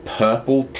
purple